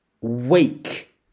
Wake